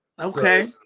Okay